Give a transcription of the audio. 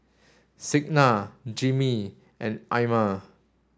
Signa Jimmie and Ima